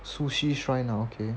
sushi shrine ah okay